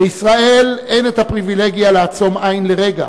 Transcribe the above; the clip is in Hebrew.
לישראל אין פריווילגיה לעצום עין לרגע